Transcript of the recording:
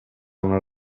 una